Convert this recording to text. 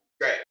Great